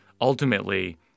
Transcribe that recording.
ultimately